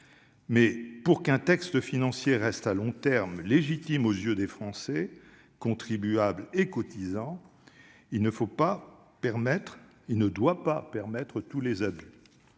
pour qu'un texte financier reste légitime à long terme aux yeux des Français contribuables et cotisants, il ne doit pas permettre tous les abus.